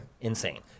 Insane